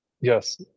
Yes